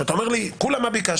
שאתה אומר לי, כולה מה ביקשתי.